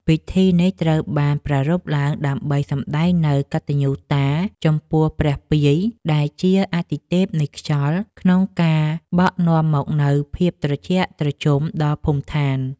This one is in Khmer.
ពិធីនេះត្រូវបានប្រារព្ធឡើងដើម្បីសម្ដែងនូវកតញ្ញូតាចំពោះព្រះពាយ ដែលជាអាទិទេពនៃខ្យល់ ក្នុងការបក់នាំមកនូវភាពត្រជាក់ត្រជុំដល់ភូមិឋាន។